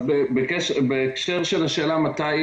בהקשר לשאלה מתי